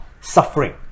suffering